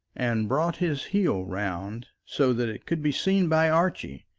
and brought his heel round, so that it could be seen by archie.